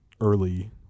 early